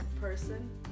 person